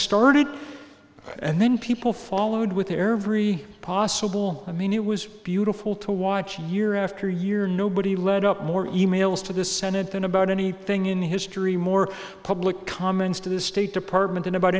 started and then people followed with their every possible i mean it was beautiful to watch year after year nobody led up more emails to the senate than about any thing in history more public comments to the state department in about